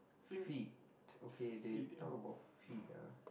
feet okay they talk about feet ah